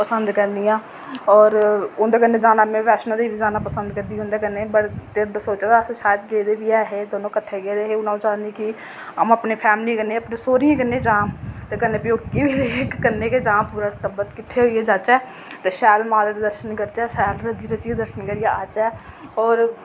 पसंद करनी आं होर ते होर उंदे कन्नै जाना में वैष्णो देवी जाना पसंद करनी आं ते शैद अस गेदे बी ऐहे ते हून अं'ऊ चाह्न्नीं कि में अपनी फैमिली कन्नै अपने सौह्रियें कन्नै जां ते कन्नै प्यौकियें कन्नै जां पूरा टब्बर ते किट्ठे होइयै जाह्चै ते शैल माता दे दर्शन करचै ते शैल रज्जी रज्जियै दर्शन करियै आह्चै होर